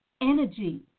energy